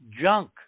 junk